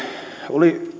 oli